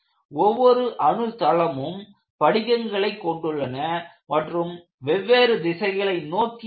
ஒவ்வொரு அணு தளமும் படிகங்களை கொண்டுள்ளன மற்றும் வெவ்வேறு திசைகளை நோக்கி உள்ளன